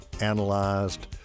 analyzed